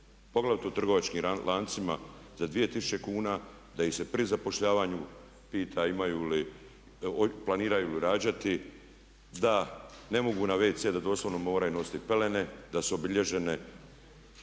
poglavito u trgovačkim lancima za 2000 kn, da ih se pri zapošljavanju pita imaju li, planiraju li rađati, da ne mogu na wc da doslovno moraju nositi pelene, da su obilježene.